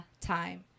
time